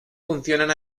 funcionan